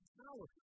power